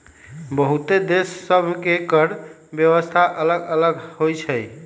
बहुते देश सभ के कर व्यवस्था अल्लग अल्लग होई छै